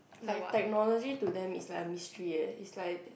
it's like technology to them is like a mystery eh it's like